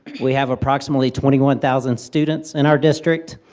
we have approximately twenty one thousand students in our district.